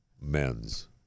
men's